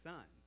Son